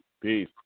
Peace